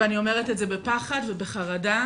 ואני אומרת את זה בפחד ובחרדה,